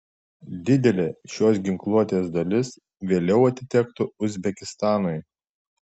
didelė šios ginkluotės dalis vėliau atitektų uzbekistanui